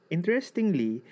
Interestingly